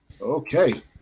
Okay